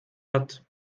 hat